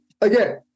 again